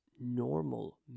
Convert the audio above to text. normal